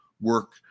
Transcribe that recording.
work